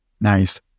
Nice